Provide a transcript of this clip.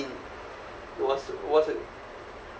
it was it was